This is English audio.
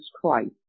Christ